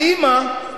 האמא,